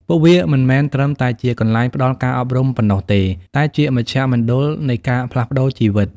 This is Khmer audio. ពួកវាមិនមែនត្រឹមតែជាកន្លែងផ្តល់ការអប់រំប៉ុណ្ណោះទេ តែជាមជ្ឈមណ្ឌលនៃការផ្លាស់ប្តូរជីវិត។